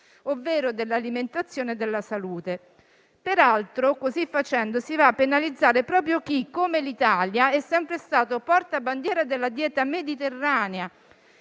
ovvero dell'alimentazione e della salute. Peraltro, così facendo si va a penalizzare proprio chi, come l'Italia, è sempre stato portabandiera della dieta mediterranea,